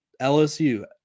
LSU